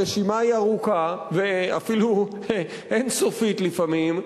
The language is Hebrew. והרשימה היא ארוכה ואפילו אין-סופית לפעמים,